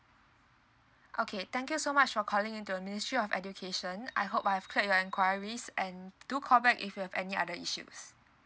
okay thank you so much for calling into a ministry of education I hope I've cleared your enquiries and do call back if you have any other issues